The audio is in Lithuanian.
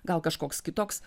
gal kažkoks kitoks